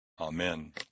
Amen